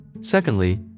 Secondly